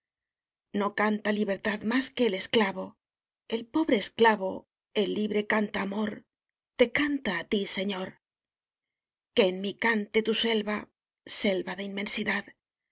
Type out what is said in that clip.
no canta libertad más que el esclavo el pobre esclavo el libre canta amor te canta á tí señor que en mí cante tu selva selva de inmensidad